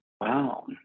Wow